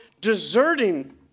deserting